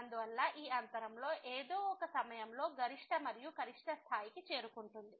అందువల్ల ఈ అంతరంలో ఏదో ఒక సమయంలో గరిష్ట మరియు కనిష్ట స్థాయికి చేరుకుంటుంది